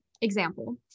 example